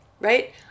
right